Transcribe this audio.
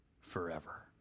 forever